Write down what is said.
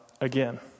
again